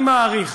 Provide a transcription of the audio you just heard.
אני מעריך,